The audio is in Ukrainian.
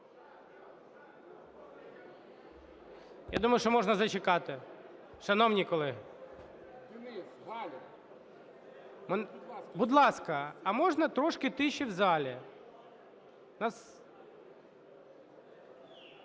Я думаю, що можна зачекати. Шановні колеги! Будь ласка, а можна трошки тиші в залі?